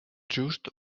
just